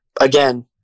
again